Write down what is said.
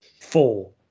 Four